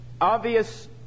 Obvious